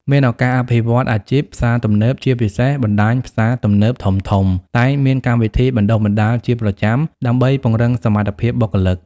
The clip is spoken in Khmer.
មានឱកាសអភិវឌ្ឍន៍អាជីព ផ្សារទំនើប ជាពិសេសបណ្ដាញផ្សារទំនើបធំៗ តែងមានកម្មវិធីបណ្ដុះបណ្ដាលជាប្រចាំដើម្បីពង្រឹងសមត្ថភាពបុគ្គលិក។